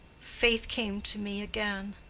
faith came to me again